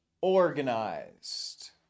organized